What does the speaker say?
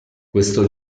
questo